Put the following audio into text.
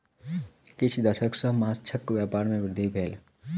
किछ दशक सॅ माँछक व्यापार में वृद्धि भेल